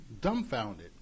dumbfounded